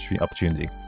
opportunity